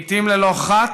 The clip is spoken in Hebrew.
לעיתים ללא חת,